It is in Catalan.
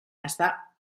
està